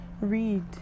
read